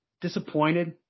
disappointed